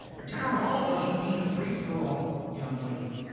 a town hall doesn't mean a free-for-all, young lady.